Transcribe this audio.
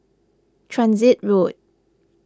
Transit Road